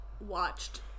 watched